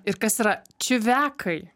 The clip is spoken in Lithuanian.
ir kas yra čiuvekai